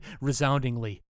resoundingly